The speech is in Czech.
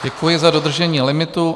Děkuji za dodržení limitu.